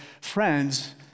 friends